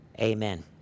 amen